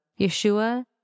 Yeshua